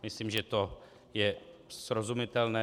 Myslím, že to je srozumitelné.